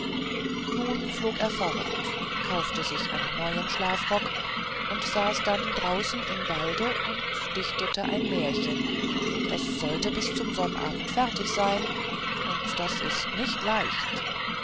nun flog er fort kaufte sich einen neuen schlafrock und saß dann draußen im walde und dichtete ein märchen das sollte bis zu sonnabend fertig sein und das ist nicht leicht